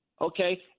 Okay